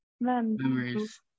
Memories